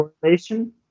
correlation